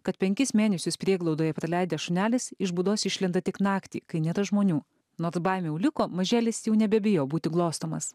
kad penkis mėnesius prieglaudoje praleidęs šunelis iš būdos išlenda tik naktį kai nėra žmonių nors baimių liko mažėlis jau nebebijo būti glostomas